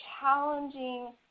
challenging